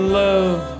love